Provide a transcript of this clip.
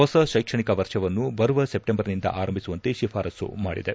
ಹೊಸ ಶೈಕ್ಷಣಿಕ ವರ್ಷವನ್ನು ಬರುವ ಸೆಪ್ಟೆಂಬರ್ನಿಂದ ಆರಂಭಿಸುವಂತೆ ಶಿಫಾರಸ್ನು ಮಾಡಿದೆ